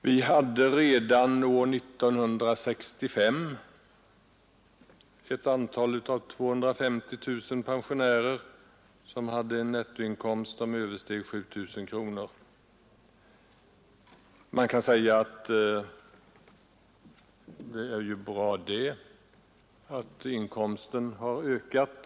Redan år 1965 hade 250 000 pensionärer en nettoinkomst som översteg 7 000 kronor. Det är ju bra att inkomsterna har ökat.